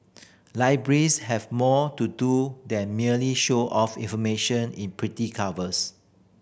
libraries have more to do than merely show off information in pretty covers